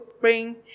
bring